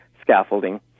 scaffolding